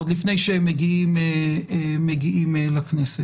עוד לפני שהם מגיעים לכנסת.